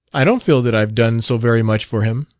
i don't feel that i've done so very much for him,